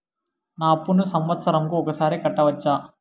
నా అప్పును సంవత్సరంకు ఒకసారి కట్టవచ్చా?